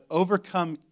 overcome